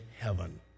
heaven